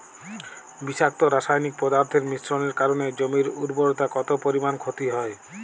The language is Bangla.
বিষাক্ত রাসায়নিক পদার্থের মিশ্রণের কারণে জমির উর্বরতা কত পরিমাণ ক্ষতি হয়?